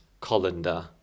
colander